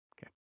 Okay